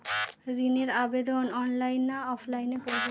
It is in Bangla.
ঋণের আবেদন অনলাইন না অফলাইনে করব?